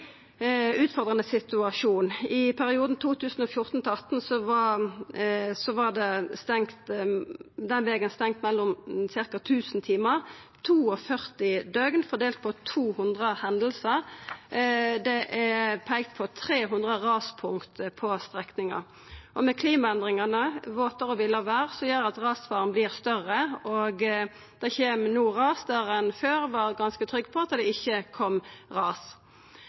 utfordrande situasjon. I perioden 2014–2018 var den vegen stengt ca. 1 000 timar: 42 døgn fordelt på 200 hendingar. Det er peikt på 300 raspunkt på strekninga. Og med klimaendringane – våtare og villare vêr – vert rasfaren større, og det kjem no ras der ein før var ganske trygg på at det ikkje kom ras.